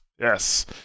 Yes